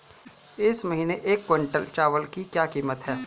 इस महीने एक क्विंटल चावल की क्या कीमत है?